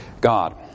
God